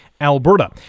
Alberta